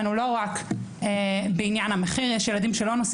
לא לכל המדריכים הישראליים יש היתר